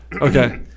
Okay